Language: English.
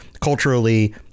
Culturally